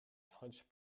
hunched